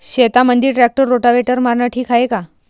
शेतामंदी tractor rotavator मारनं ठीक हाये का?